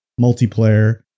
multiplayer